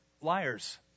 liars